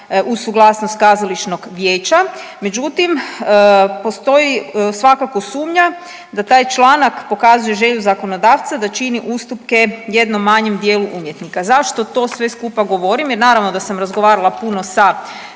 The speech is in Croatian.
suglasnost kazališnog vijeća. Međutim, postoji svakako sumnja da taj članak pokazuje želju zakonodavca da čini ustupke jednom manjem dijelu umjetnika. Zašto to sve skupa govorim jer naravno da sam razgovarala puno sa